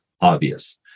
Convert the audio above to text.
obvious